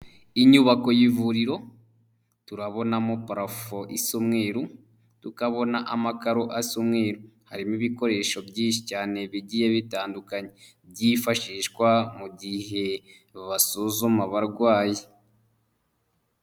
Inyubako y'ivuriro turabonamo parafo isa umweru, tukabona amakaro asa umweru, harimo ibikoresho byinshi cyane bigiye bitandukanye byifashishwa mu gihe basuzuma abarwayi.